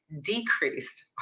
decreased